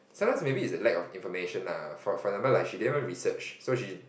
sometimes maybe it's the lack of information ah for for example she didn't even research so she